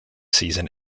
season